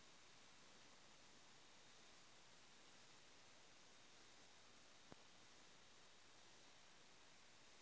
एक साल में हम बैंक से अपना नाम पर कते ऋण ला सके हिय?